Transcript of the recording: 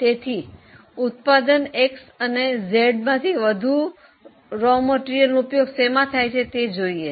તેથી ઉત્પાદન X અને Z માંથી વધુ કાચા માલનો ઉપયોગ સેમા થાય છે તે જોઈએ